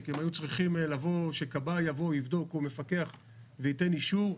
הם היו צריכים שכבאי או מפקח יבוא ויבדוק וייתן אישור,